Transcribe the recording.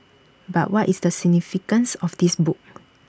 but what is the significance of this book